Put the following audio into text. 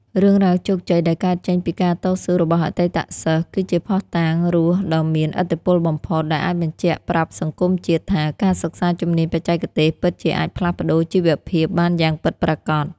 រឿងរ៉ាវជោគជ័យដែលកើតចេញពីការតស៊ូរបស់អតីតសិស្ស គឺជាភស្តុតាងរស់ដ៏មានឥទ្ធិពលបំផុត ដែលអាចបញ្ជាក់ប្រាប់សង្គមជាតិថា ការសិក្សាជំនាញបច្ចេកទេសពិតជាអាចផ្លាស់ប្តូរជីវភាពបានយ៉ាងពិតប្រាកដ។